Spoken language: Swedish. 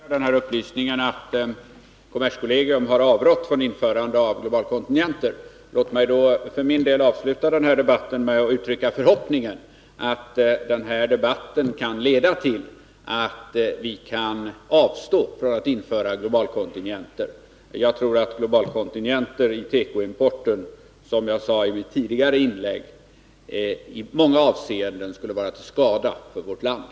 Herr talman! Jag noterar den upplysningen att kommerskollegium har avrått från införande av globalkontingenter. Låt mig avslutningsvis uttrycka den förhoppningen att den här debatten kan leda till att vi kommer att avstå från att införa globalkontingenter. Som jag sade i mitt tidigare inlägg tror jag att globalkontingenter i tekoimporten i många avseenden skulle vara till skada för vårt land.